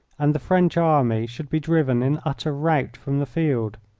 and the french army should be driven in utter rout from the field,